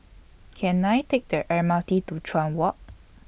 Can I Take The M R T to Chuan Walk